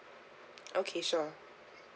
okay sure